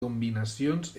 combinacions